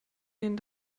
gehen